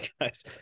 guys